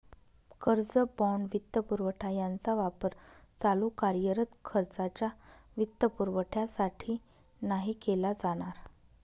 कर्ज, बाँड, वित्तपुरवठा यांचा वापर चालू कार्यरत खर्चाच्या वित्तपुरवठ्यासाठी नाही केला जाणार